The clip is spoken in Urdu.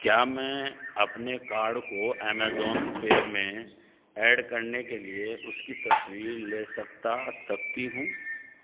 کیا میں اپنے کارڈ کو ایمیزون پے میں ایڈ کرنے کے لئے اس کی تصویر لے سکتا سکتی ہوں